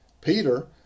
Peter